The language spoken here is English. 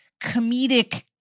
comedic –